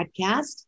podcast